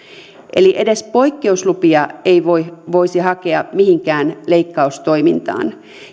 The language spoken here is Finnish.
edes poikkeuslupia ei voisi hakea mihinkään leikkaustoimintaan